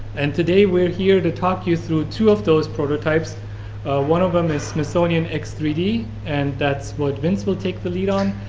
and today we're here to talk you through two of those prototypes one of them is smithsonian x three d and that's what vince will take the lead on,